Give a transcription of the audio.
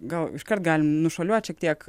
gal iškart galim nušuoliuot šiek tiek